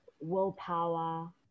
willpower